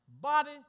Body-